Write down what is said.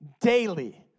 daily